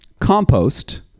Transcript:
compost